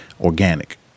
Organic